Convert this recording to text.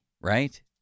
right